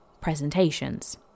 Presentations